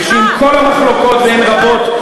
והן רבות,